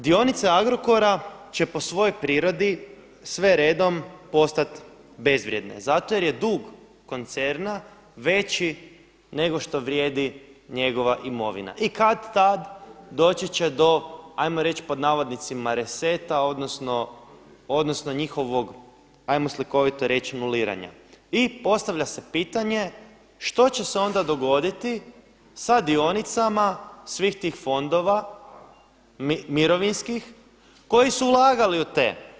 Dionice Agrokora će po svojoj prirodi sve redom postati bezvrijedne zato jer je dug koncerna veći nego što vrijeid njegova imovina i kad-tad, doći će do, ajmo reći pod navodnicima reseta odnosno njihovog, ajmo slikovito reći … I postavlja se pitanje što će se onda dogoditi sa dionicama svih tih fondova, mirovinskih koji su ulagali u te.